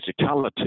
physicality